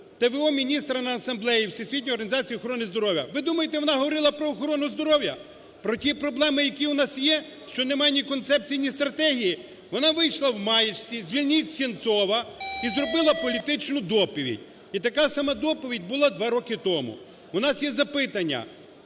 міністра на Асамблеї Всесвітньої організації охорони здоров'я. Ви думаєте, вона говорила про охорону здоров'я? Про ті проблеми, які у нас є? Що немає ні концепції, ні стратегії? Вона вийшла в маєчці "Звільніть Сенцова!" і зробила політичну доповідь. І така сама доповідь була два роки тому. У є запитання: